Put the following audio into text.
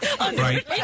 Right